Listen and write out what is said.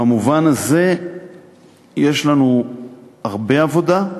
במובן הזה יש לנו הרבה עבודה.